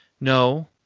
No